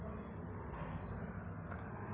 Car ऋण के लिए कितना ब्याज चुकाना होगा?